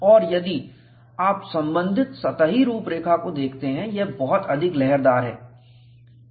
5057 और यदि आप संबंधित सतही रूपरेखा को देखते हैं यह बहुत अधिक लहरदार है